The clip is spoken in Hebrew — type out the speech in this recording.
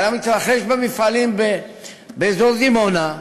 על המתרחש במפעלים באזור דימונה.